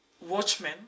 watchmen